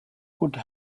could